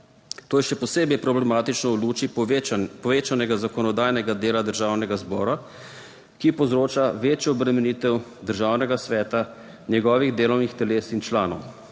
To je še posebej problematično v luči povečanega zakonodajnega dela Državnega zbora, ki povzroča večjo obremenitev Državnega sveta, njegovih delovnih teles in članov.